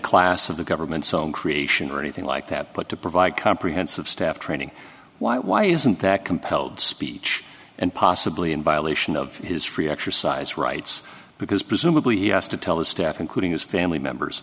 class of the government's own creation or anything like that but to provide comprehensive staff training why why isn't that compelled speech and possibly in violation of his free exercise rights because presumably he has to tell his staff including his family members